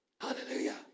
Hallelujah